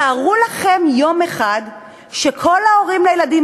תארו לכם שיום אחד כל ההורים של הילדים